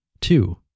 Two